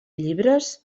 llibres